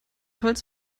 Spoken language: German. holz